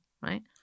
right